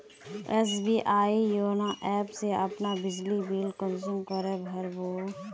SBI YONO app से अपना बिजली बिल कुंसम करे भर बो?